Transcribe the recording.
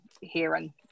hearing